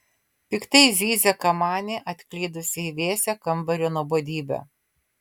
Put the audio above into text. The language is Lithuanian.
piktai zyzia kamanė atklydusi į vėsią kambario nuobodybę